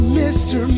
mr